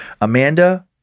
Amanda